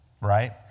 Right